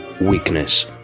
weakness